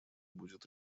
будет